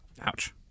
Ouch